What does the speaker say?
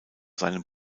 seinem